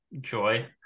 joy